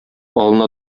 алына